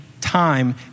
time